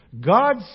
God